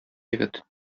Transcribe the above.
егет